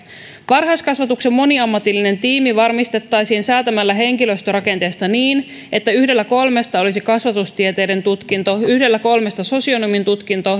varhaiskasvatuksen moniammatillinen tiimi varmistettaisiin säätämällä henkilöstörakenteesta niin että yhdellä kolmesta olisi kasvatustieteiden tutkinto yhdellä kolmesta sosionomin tutkinto